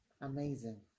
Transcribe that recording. Amazing